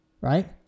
Right